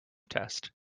test